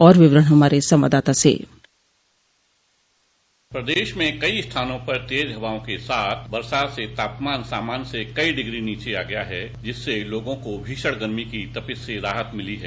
और विवरण हमारे संवाददाता सेबाइट प्रदेश में कई स्थानों पर तेज हवाओं के साथ दर्षा से तापमान सामान्य से कई डिग्री नीचे आ गया है जिससे लोगों को भीषण गर्मी की तपिश से कुछ राहत मिली है